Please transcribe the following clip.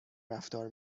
رفتار